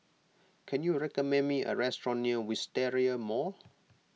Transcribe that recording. can you recommend me a restaurant near Wisteria Mall